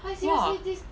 !wah!